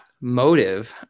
motive